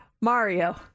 Mario